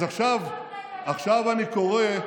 אז עכשיו, שכחת,